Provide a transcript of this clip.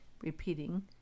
Repeating